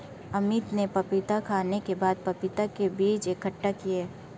अमित ने पपीता खाने के बाद पपीता के बीज इकट्ठा किए